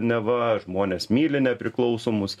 neva žmonės myli nepriklausomus